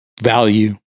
value